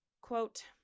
Quote